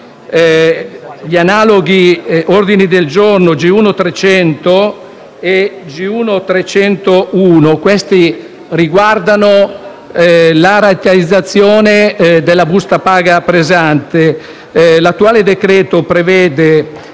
gli analoghi ordini del giorno G1.300 e G1.301, che riguardano la rateizzazione della busta paga pesante. L'attuale decreto-legge